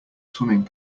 swimming